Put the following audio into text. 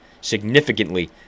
significantly